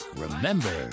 remember